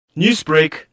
Newsbreak